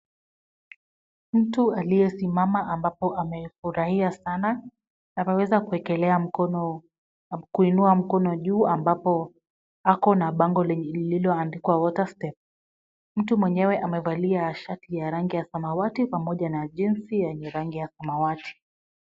Mtu aliyesimama ambapo amefurahia sana, ameweza kuinua mkono juu ambapo ako na bango lililoandikwa water step . Mtu mwenyewe amevalia shati ya rangi ya samawati pamoja na jinzi yenye rangi ya samawati.